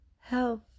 health